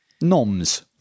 noms